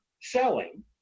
selling